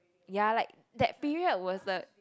ya like that period was the